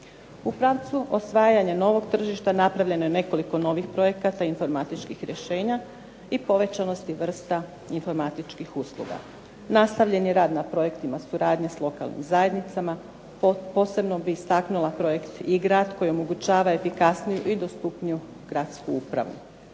U pravcu osvajanja novog tržišta napravljeno je nekoliko novih projekata i informatičkih rješenja i povećanosti vrsta informatičkih usluga. Nastavljen je rad na projektima suradnje s lokalnim zajednicama. Posebno bih istaknula projekt i grad koji omogućava efikasniju i dostupniju gradsku upravu.